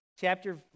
Chapter